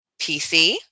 PC